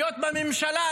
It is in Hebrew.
להיות בממשלה,